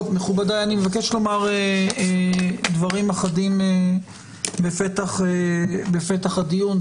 מכובדי, אני מבקש לומר דברים אחדים בפתח הדיון.